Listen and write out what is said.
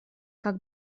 как